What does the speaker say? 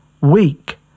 weak